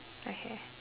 okay